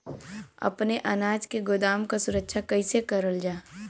अपने अनाज के गोदाम क सुरक्षा कइसे करल जा?